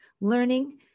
learning